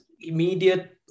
immediate